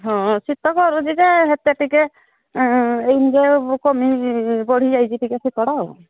ହଁ ଶୀତ କରୁଛି ଯେ ସେତେ ଟିକେ କମି ବଢ଼ିଯାଇଛି ଟିକେ ଶୀତଟା ଆଉ